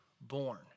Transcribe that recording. born